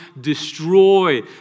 destroy